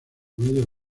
medio